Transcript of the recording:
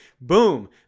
Boom